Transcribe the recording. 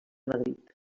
madrid